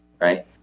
right